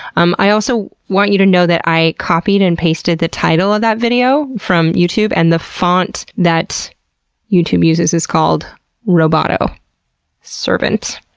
um i want you to know that i copied and pasted the title of that video from youtube and the font that youtube uses is called roboto servant.